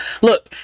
look